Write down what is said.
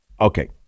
okay